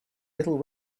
little